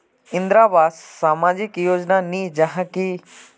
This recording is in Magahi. इंदरावास सामाजिक योजना नी जाहा की?